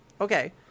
Okay